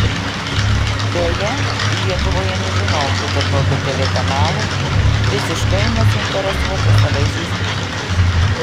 beje lietuvoje nežinau kito tokio tv kanalo visiškai nesuinteresuoto savaisiais reitingais